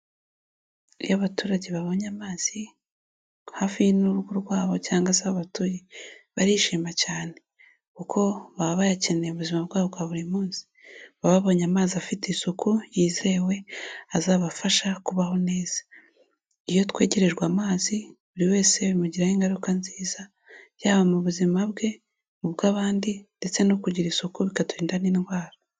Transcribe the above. Iyo abaturage babonye amazi hafi n'urugo rwabo cyangwa se aho batuye, barishima cyane kuko baba bayakeneye mu buzima bwabo bwa buri munsi. Baba babonye amazi afite isuku yizewe, azabafasha kubaho neza. Iyo twegerejwe amazi buri wese bimugiraho ingaruka nziza, yaba mu buzima bwe, ubw'abandi ndetse no kugira isuku bikaturinda n'indwara.